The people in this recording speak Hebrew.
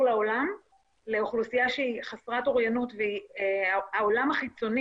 לעולם לאוכלוסייה שהיא חסרת אוריינות והעולם החיצוני,